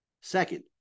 Second